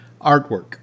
artwork